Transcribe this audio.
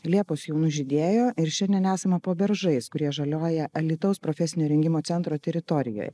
liepos jau nužydėjo ir šiandien esame po beržais kurie žaliuoja alytaus profesinio rengimo centro teritorijoje